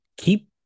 keep